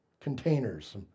containers